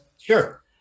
Sure